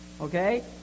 okay